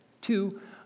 Two